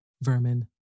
vermin